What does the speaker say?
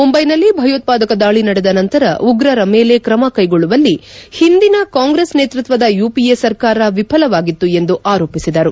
ಮುಂಬೈನಲ್ಲಿ ಭಯೋತ್ಪಾದಕ ದಾಳಿ ನಡೆದ ನಂತರ ಉಗ್ರರ ಮೇಲೆ ಕ್ರಮಕೈಗೊಳ್ಳುವಲ್ಲಿ ಒಂದಿನ ಕಾಂಗ್ರೆಸ್ ನೇತೃತ್ವದ ಯುಪಿಎ ಸರ್ಕಾರ ವಿಫಲವಾಗಿತ್ತು ಎಂದು ಆರೋಪಿಸಿದರು